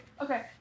Okay